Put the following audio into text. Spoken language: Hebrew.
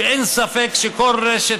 שאין ספק שכל רשת